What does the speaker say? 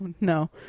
no